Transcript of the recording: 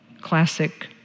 classic